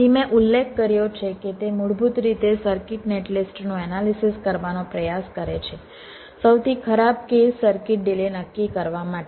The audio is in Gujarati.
તેથી મેં ઉલ્લેખ કર્યો છે કે તે મૂળભૂત રીતે સર્કિટ નેટલિસ્ટનું એનાલિસિસ કરવાનો પ્રયાસ કરે છે સૌથી ખરાબ કેસ સર્કિટ ડિલે નક્કી કરવા માટે